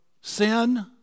sin